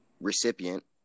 Recipient